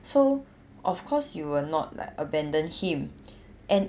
so of course you will not like abandon him and